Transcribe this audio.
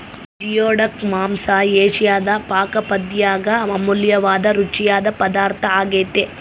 geoduck ಮಾಂಸ ಏಷಿಯಾದ ಪಾಕಪದ್ದತ್ಯಾಗ ಅಮೂಲ್ಯವಾದ ರುಚಿಯಾದ ಪದಾರ್ಥ ಆಗ್ಯೆತೆ